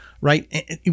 Right